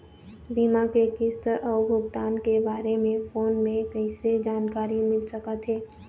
बीमा के किस्त अऊ भुगतान के बारे मे फोन म कइसे जानकारी मिल सकत हे?